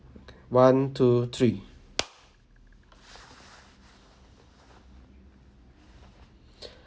okay one two three